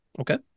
Okay